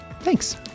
thanks